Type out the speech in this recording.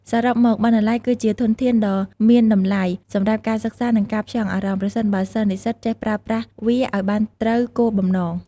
សរុបមក បណ្ណាល័យគឺជា ធនធានដ៏មានតម្លៃ សម្រាប់ការសិក្សា និងការផ្ចង់អារម្មណ៍ ប្រសិនបើសិស្សនិស្សិតចេះប្រើប្រាស់វាឲ្យត្រូវគោលបំណង។